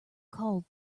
called